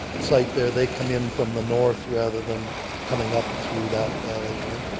site there, they come in from the north rather than coming up through that alleyway?